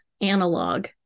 analog